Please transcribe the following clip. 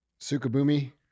Sukabumi